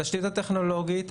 התשתית הטכנולוגית,